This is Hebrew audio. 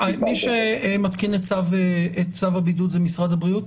מי שמתקין את צו הבידוד זה משרד הבריאות?